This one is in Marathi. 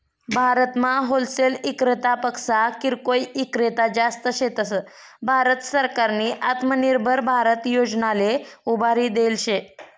भारतमा होलसेल इक्रेतापक्सा किरकोय ईक्रेता जास्त शेतस, भारत सरकारनी आत्मनिर्भर भारत योजनाले उभारी देल शे